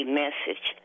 message